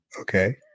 okay